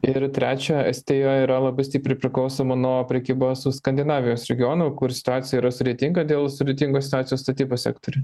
ir trečia estija yra labai stipriai priklausoma nuo prekybos su skandinavijos regionu kur situacija yra sudėtinga dėl sudėtingos situacijos statybos sektoriuj